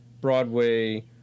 broadway